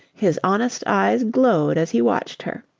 his honest eyes glowed as he watched her.